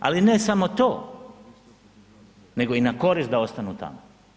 Ali, ne samo to, nego i na korist da ostanu tamo.